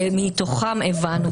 כאשר מתוכם הבנו,